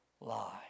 lie